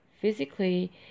physically